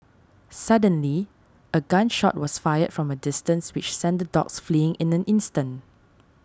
suddenly a gun shot was fired from a distance which sent the dogs fleeing in an instant